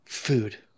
Food